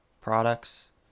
products